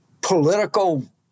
political